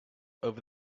over